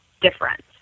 difference